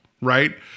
Right